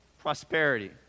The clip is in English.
Prosperity